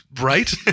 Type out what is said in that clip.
Right